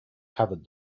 covered